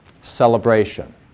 celebration